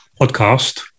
podcast